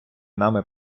нами